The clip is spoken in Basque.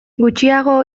gutxiago